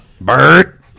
Bert